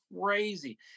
crazy